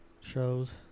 shows